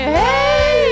hey